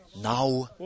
now